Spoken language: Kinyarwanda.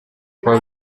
kuba